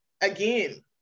again